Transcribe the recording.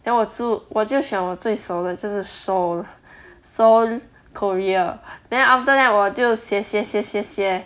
then 我住我就选我最熟的就是 seoul seoul korea then after that 我就写写写写写